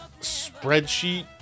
spreadsheet